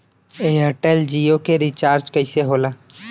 Airtel Jio के recharge कैसे होला?